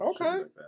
Okay